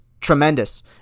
tremendous